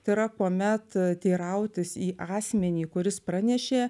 tai yra kuomet teirautis į asmenį kuris pranešė